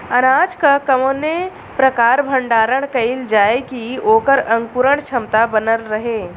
अनाज क कवने प्रकार भण्डारण कइल जाय कि वोकर अंकुरण क्षमता बनल रहे?